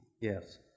yes